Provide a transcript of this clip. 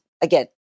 Again